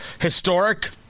Historic